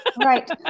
right